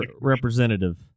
representative